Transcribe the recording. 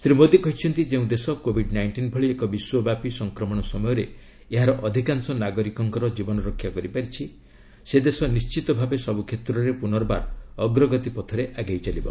ଶ୍ରୀ ମୋଦି କହିଛନ୍ତି ଯେଉଁ ଦେଶ କୋବିଡ ନାଇଷ୍କିନ୍ ଭଳି ଏକ ବିଶ୍ୱବ୍ୟାପୀ ସଂକ୍ରମଣ ସମୟରେ ଏହାର ଅଧିକାଂଶ ନାଗରିକଙ୍କର ଜୀବନରକ୍ଷା କରିପାରିଛି ସେ ଦେଶ ନିର୍ଣ୍ଣିତଭାବେ ସବୁ କ୍ଷେତ୍ରରେ ପୁନର୍ବାର ଅଗ୍ରଗତି ପଥରେ ଆଗେଇଚାଲିବ